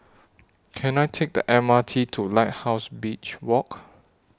Can I Take The M R T to Lighthouse Beach Walk